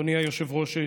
אדוני היושב-ראש,